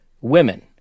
women